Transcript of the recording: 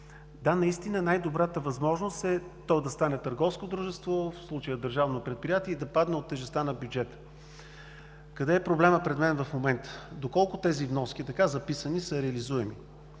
Да, наистина най-добрата възможност е то да стане търговско дружество, в случая държавно предприятие, и да падне от тежестта на бюджета. Къде е проблемът пред мен в момента? Доколкото тези вноски, така записани, са реализуеми?